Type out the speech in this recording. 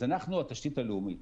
אז אנחנו התשתית הלאומית.